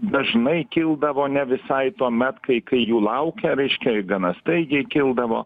dažnai kildavo ne visai tuomet kai kai jų laukia reiškia ir gana staigiai kildavo